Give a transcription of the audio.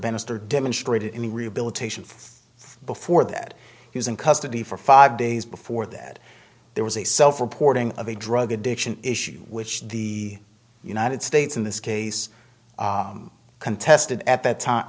bannister demonstrated in the rehabilitation before that he was in custody for five days before that there was a self reporting of a drug addiction issue which the united states in this case contested at that time